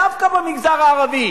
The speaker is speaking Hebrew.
דווקא במגזר הערבי,